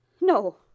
No